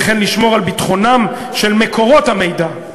וכן לשמור על ביטחונם של מקורות המידע.